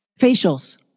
Facials